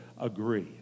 agree